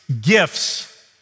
gifts